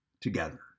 together